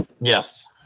Yes